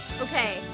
Okay